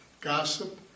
gossip